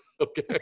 okay